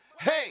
Hey